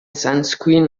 sunscreen